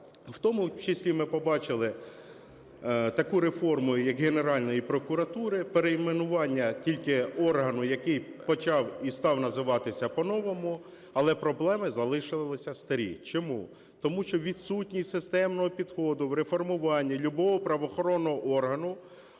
в тому числі ми побачили таку реформу, як Генеральної прокуратури, перейменування тільки органу, який почав і став називатися по-новому, але проблеми залишились старі. Чому? Тому що відсутність системного підходу в реформуванні любого правоохоронного органу,